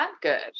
good